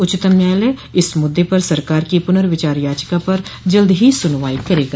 उच्चतम न्यायालय इस मुद्दे पर सरकार की पुनर्विचार याचिका पर जल्दी ही सुनवाई करेगा